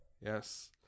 Yes